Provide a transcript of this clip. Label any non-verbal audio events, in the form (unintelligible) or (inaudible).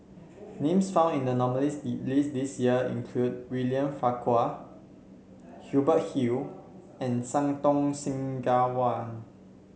names found in the nominees' (unintelligible) list this year include William Farquhar Hubert Hill and Santokh Singh Grewal